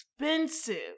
expensive